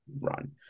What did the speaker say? run